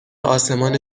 آسمان